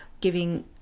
giving